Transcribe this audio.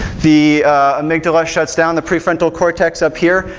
the amygdala shuts down, the prefrontal cortex up here,